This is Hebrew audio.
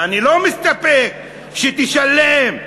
אני לא מסתפק בזה שתשלם.